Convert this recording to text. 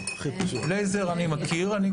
שלך.